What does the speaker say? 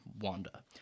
Wanda